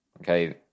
Okay